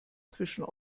zwischen